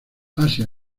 asia